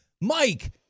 Mike